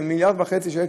1.5 מיליארד שקל,